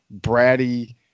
bratty